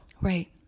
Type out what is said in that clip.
right